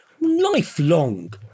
lifelong